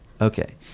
Okay